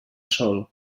sol